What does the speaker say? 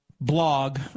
blog